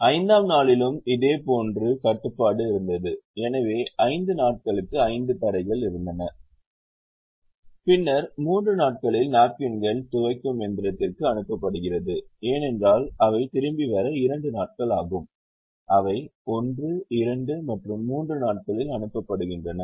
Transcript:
5 ஆம் நாளிலும் இதே போன்ற கட்டுப்பாடு இருந்தது எனவே 5 நாட்களுக்கு 5 தடைகள் இருந்தன பின்னர் 3 நாட்களில் நாப்கின்கள் துவைக்கும் இயந்திரத்திற்கு அனுப்பப்படுகிறது ஏனென்றால் அவை திரும்பி வர 2 நாட்கள் ஆகும் அவை 1 2 மற்றும் 3 நாட்களில் அனுப்பப்படுகின்றன